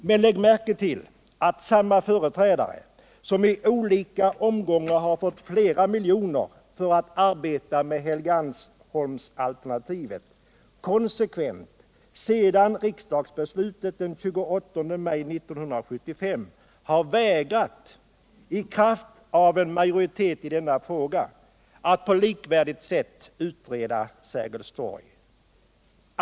Men lägg märke till att samma företrädare som i olika omgångar fått flera miljoner för att arbeta med Helgeandsholmsalternativet konsekvent, sedan riksdagsbeslutet den 28 maj 1975, har vägrat — i kraft av majoritet i denna fråga — att på likvärdigt sätt utreda Sergels torg.